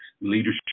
Leadership